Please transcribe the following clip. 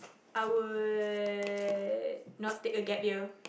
I would not take a gap year